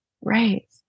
Right